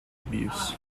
abuse